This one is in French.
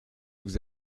vous